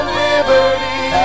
liberty